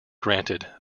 granted